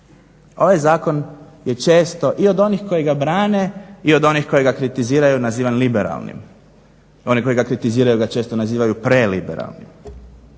Ovaj zakon je često i od onih koji ga brane i od onih koji ga kritiziraju nazivan liberalnim. Oni koji ga kritiziraju ga često nazivaju preliberalnim.